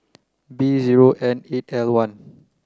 B zero N eight L one